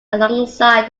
alongside